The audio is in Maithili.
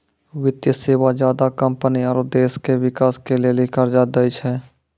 वित्तीय सेवा ज्यादा कम्पनी आरो देश के बिकास के लेली कर्जा दै छै